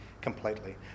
completely